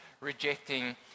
rejecting